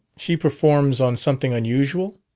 she performs on something unusual?